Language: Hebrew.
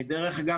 דרך אגב,